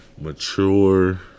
mature